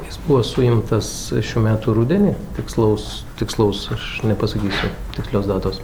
jis buvo suimtas šių metų rudenį tikslaus tikslaus aš nepasakysiu tikslios datos